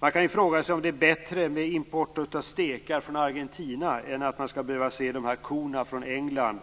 Man kan fråga sig om det inte är bättre att importera stekar från Argentina än att behöva se misshandlade kor från England